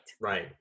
right